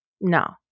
No